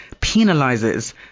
penalizes